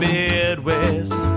Midwest